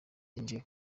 yinjiye